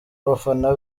abafana